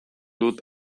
dut